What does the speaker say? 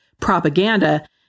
propaganda